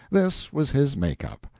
this was his make-up.